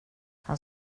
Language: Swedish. han